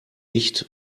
nicht